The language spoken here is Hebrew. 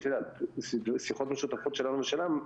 שיחות משותפות שלנו ושלהם,